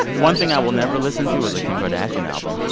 one thing i will never listen to is a kim kardashian album.